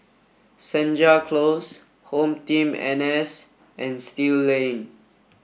Senja Close HomeTeam N S and Still Lane